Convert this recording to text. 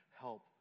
help